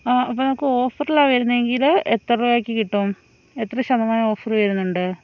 ആ അപ്പം നമുക്ക് ഓഫറിലാണ് വരുന്നത് എങ്കിൽ എത്ര രൂപയ്ക്ക് കിട്ടും എത്ര ശതമാനം ഓഫർ വരുന്നുണ്ട്